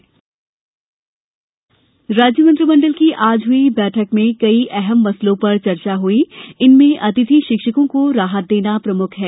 cabinet बैठक राज्य मंत्रिमण्डल की आज हई बैठक में कई अहम मसलों पर चर्चा हई इनमें अतिथि शिक्षकों को राहत देना प्रमुख है